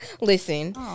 Listen